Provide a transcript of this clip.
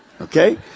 okay